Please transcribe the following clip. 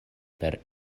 per